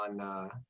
on